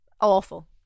Awful